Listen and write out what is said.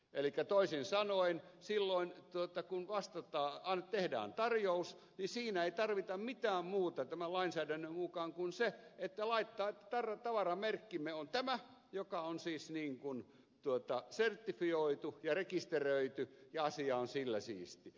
elikkä toisin sanoen silloin kun tehdään tarjous siinä ei tarvita mitään muuta tämän lainsäädännön mukaan kuin se että laittaa että tavaramerkkimme on tämä joka on siis sertifioitu ja rekisteröity ja asia on sillä siisti